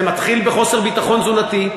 זה מתחיל בחוסר ביטחון תזונתי,